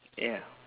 ya